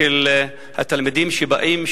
של התלמידים שבאים,